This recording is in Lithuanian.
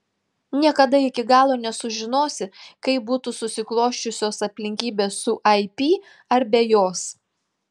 niekada iki galo nesužinosi kaip būtų susiklosčiusios aplinkybės su ip ar be jos